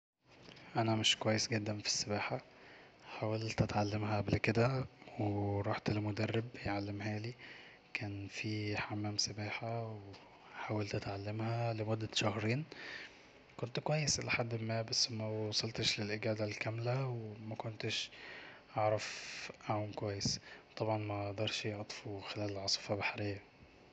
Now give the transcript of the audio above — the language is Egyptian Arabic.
أنا مش كويس جدا في السباحة حاولت اتعلمها قبل كده وروحت لمدرب يعلمهالي كان في حمام سباحه وحاولت اتعلمها لمدة شهرين كنت كويس إلى حد ما بس موصلتش الإجادة الكاملة ومكنتش اعرف اعوم كويس طبعا مقدرش اطفو خلال عاصفة بحرية